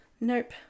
Nope